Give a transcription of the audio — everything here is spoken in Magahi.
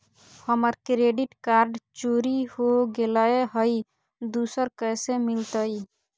हमर क्रेडिट कार्ड चोरी हो गेलय हई, दुसर कैसे मिलतई?